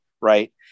right